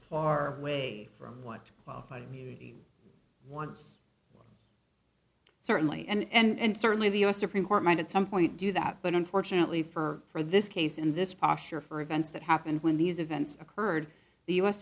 far way from what qualified immunity once certainly and certainly the u s supreme court might at some point do that but unfortunately for this case in this posture for events that happened when these events occurred the u